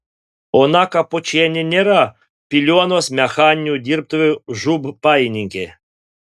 ona kapočienė nėra piliuonos mechaninių dirbtuvių žūb pajininkė